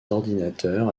ordinateurs